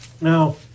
Now